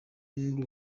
n’u